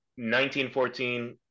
1914